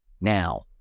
now